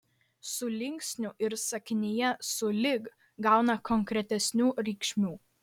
su linksniu ir sakinyje sulig gauna konkretesnių reikšmių